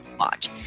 watch